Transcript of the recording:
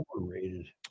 overrated